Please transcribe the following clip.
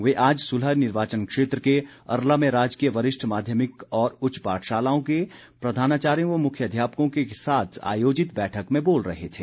वे आज सुलह निर्वाचन क्षेत्र के अरला में राजकीय वरिष्ठ माध्यमिक और उच्च पाठशालाओं के प्रधानाचायों व मुख्यध्यापकों के साथ आयोजित बैठक में बोल रहे थे